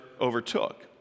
overtook